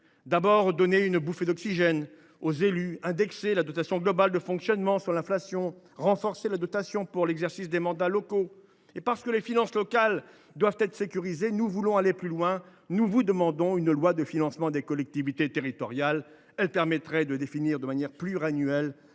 faut donner une bouffée d’oxygène aux élus : indexer la dotation globale de fonctionnement sur l’inflation, renforcer la dotation particulière relative aux conditions d’exercice des mandats locaux. Ensuite, parce que les finances locales doivent être sécurisées, il faut aller plus loin. Nous vous demandons une loi de financement des collectivités territoriales. Cela permettrait de définir de manière pluriannuelle